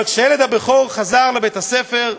אבל כשהילד הבכור חזר לבית-הספר,